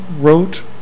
wrote